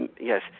yes